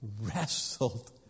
wrestled